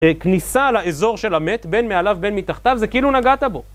כניסה לאזור של המת, בין מעליו בין מתחתיו, זה כאילו נגעת בו